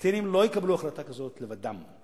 הפלסטינים לא יקבלו החלטה כזאת לבדם,